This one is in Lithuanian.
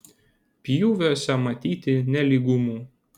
pjūviuose matyti nelygumų